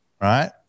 right